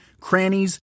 crannies